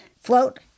float